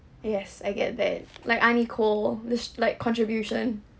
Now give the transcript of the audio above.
yes I get that like ah nicole this like contribution